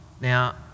Now